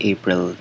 April